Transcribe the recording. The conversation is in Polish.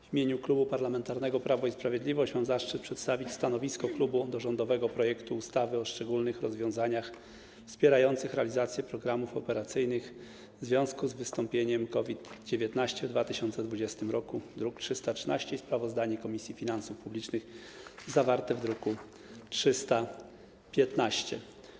W imieniu Klubu Parlamentarnego Prawo i Sprawiedliwość mam zaszczyt przedstawić stanowisko klubu wobec rządowego projektu ustawy o szczególnych rozwiązaniach wspierających realizację programów operacyjnych w związku z wystąpieniem COVID-19 w 2020 r., druk nr 313, i sprawozdania Komisji Finansów Publicznych, druk nr 315.